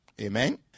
Amen